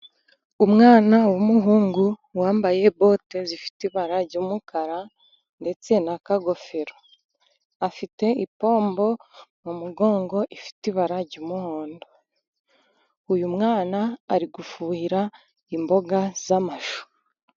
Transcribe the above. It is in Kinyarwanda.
Umwana w'umuhungu wambaye bote zifite ibara ry'umukara ndetse n'akagofero, afite ipombo mu mugongo ifite ibara ry'umuhondo. Uyu mwana ari gufuhira imboga z'amashu.